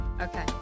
Okay